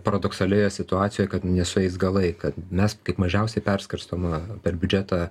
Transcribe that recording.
paradoksalioje situacijoje kad nesueis galai kad mes kaip mažiausiai perskirstoma per biudžetą